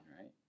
right